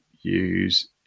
use